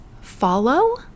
follow